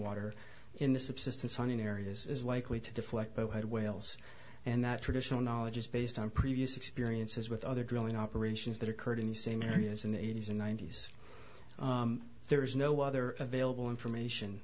water in the subsistence hunting areas is likely to deflect bowhead whales and that traditional knowledge is based on previous experiences with other drilling operations that occurred in the same areas in the eighty's and ninety's there is no other available information